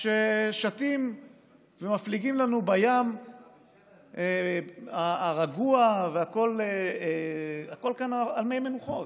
שאנו שטים ומפליגים לנו בים הרגוע והכול כאן על מי מנוחות.